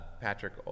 Patrick